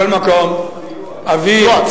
מכל מקום, אביא, סיוע.